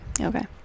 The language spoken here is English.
Okay